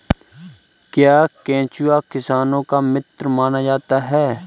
क्या केंचुआ किसानों का मित्र माना जाता है?